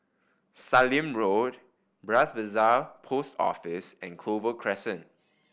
Sallim Road Bras Basah Post Office and Clover Crescent